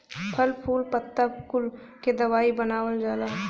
फल फूल पत्ता कुल के दवाई बनावल जाला